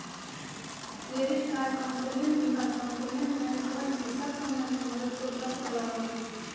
credit card कंपनियन बीमा कंपनियन बैंकवन ई सब संबंधी मदद उपलब्ध करवावा हई